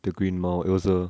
the green mile it was a